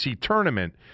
tournament